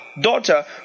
daughter